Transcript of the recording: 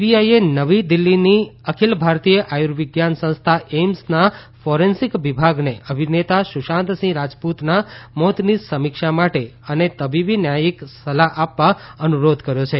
સીબીઆઇએ નવી દિલ્ઠીની અખિલ ભારતીય આયુવિજ્ઞાન સંસ્થા એઇમ્સના ફોરેન્સીક વિભાગને અભિનેતા સુશાંતસિંહ રાજપુતના મોતની સમીક્ષા માટે અને તબીબી ન્યાયિક સલાહ આપવા અનુરોધ કર્યો છે